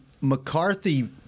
McCarthy